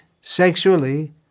sexually